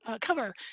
cover